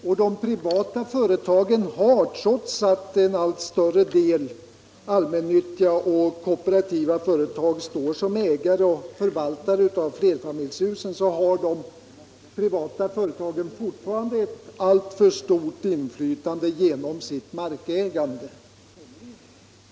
Och de privata företagen har fortfarande — trots att en allt större del allmännyttiga och kpoperåtiva företag står som ägare och förvaltare av flerfamiljshus — ett alltför stort inflytande genom sitt markägande.